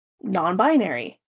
non-binary